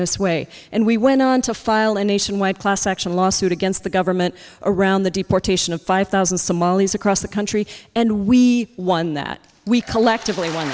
this way and we went on to file a nationwide class action lawsuit against the government around the deportation of five thousand somalis across the country and we won that we collectively went